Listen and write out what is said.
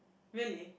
really